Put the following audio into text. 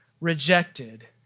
rejected